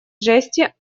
жести